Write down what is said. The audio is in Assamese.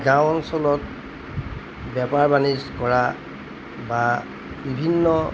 গাঁও অঞ্চলত বেপাৰ বাণিজ কৰা বা বিভিন্ন